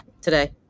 Today